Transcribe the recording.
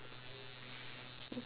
o~